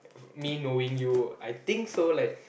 me knowing you I think so like